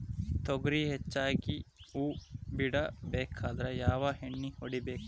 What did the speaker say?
ತೊಗರಿ ಹೆಚ್ಚಿಗಿ ಹೂವ ಬಿಡಬೇಕಾದ್ರ ಯಾವ ಎಣ್ಣಿ ಹೊಡಿಬೇಕು?